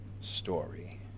story